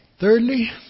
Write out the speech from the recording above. Thirdly